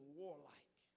warlike